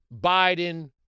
Biden